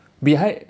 behind